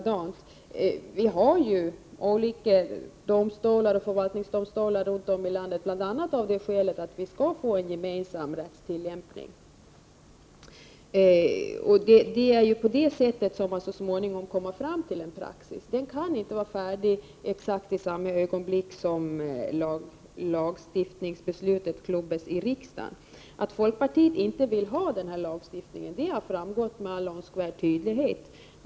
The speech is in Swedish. Det finns olika domstolar — exempelvis förvaltningsdomstolar — i landets alla delar bl.a. för att vi skall få en gemensam rättstillämpning. Så måste det vara. Sedan kommer man så småningom fram till en praxis. En sådan kan inte noteras i exakt det ögonblick då beslut om denna lagstiftning klubbas här i riksdagen. Att folkpartiet inte vill ha den här lagstiftningen har framgått med all önskvärd tydlighet.